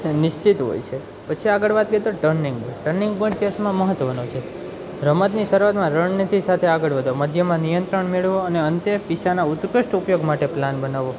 નિશ્ચિત હોય છે પછી આગળ વાત કરીએ તો ટર્નિંગની ટર્નિંગ પોઈન્ટ ચેસમાં મહત્ત્વનો છે રમતની શરૂઆતમાં રણનીતિ સાથે આગળ વધો મધ્યમાં નિયત્રણ મેળવો અને અંતે પીસલાના ઉત્કૃષ્ટ ઉપયોગ માટે પ્લાન બનાવો